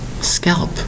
Scalp